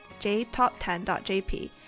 jtop10.jp